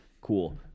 Cool